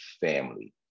family